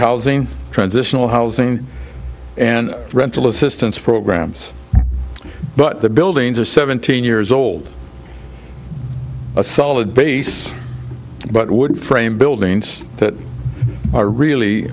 housing transitional housing and rental assistance programs but the buildings are seventeen years old a solid base but wood framed buildings that are really